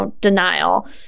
denial